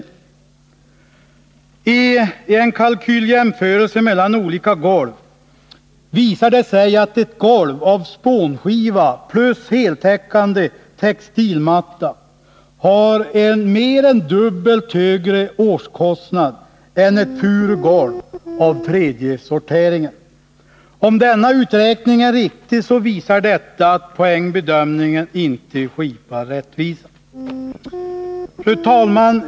Vid en kalkyljämförelse mellan olika golv visar det sig att ett golv av spånskiva plus heltäckande textilmatta har en mer än dubbelt så hög årskostnad som ett furugolv av tredje sorteringen. Om denna uträkning är riktig, så visar detta att poängbedömningen inte skipar rättvisa. Fru talman!